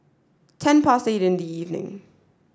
ten past eight in the evening